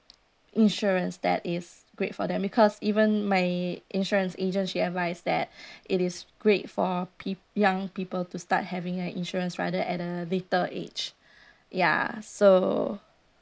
insurance that is great for them because even my insurance agent she advise that it is great for peo~ young people to start having a insurance rather at a later age ya so